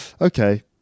Okay